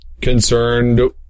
concerned